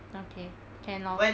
okay can lor